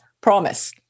Promise